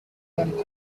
and